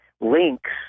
links